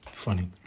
Funny